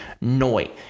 Noi